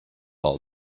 all